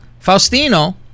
Faustino